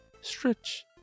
stretch